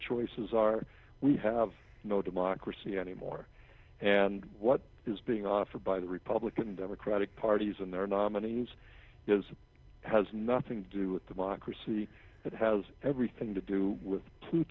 choices are we have no democracy anymore and what is being offered by the republican democratic parties and their nominees is has nothing to do with democracy it has everything to do with